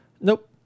nope